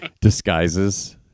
disguises